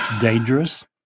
dangerous